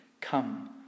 come